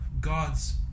God's